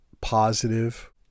positive